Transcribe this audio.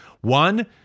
One